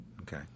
Okay